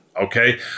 okay